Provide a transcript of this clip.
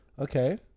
Okay